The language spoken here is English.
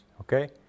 okay